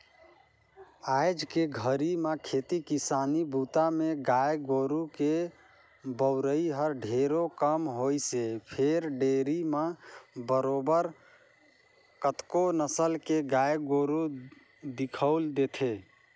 आयज के घरी में खेती किसानी बूता में गाय गोरु के बउरई हर ढेरे कम होइसे फेर डेयरी म बरोबर कतको नसल के गाय गोरु दिखउल देथे